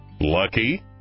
lucky